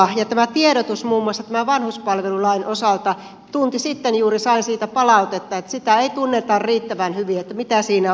tästä tiedotuksesta muun muassa tämän vanhuspalvelulain osalta sain juuri tunti sitten palautetta että ei tunneta riittävän hyvin mitä siinä on tarjolla